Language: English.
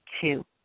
two